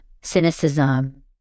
cynicism